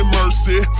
mercy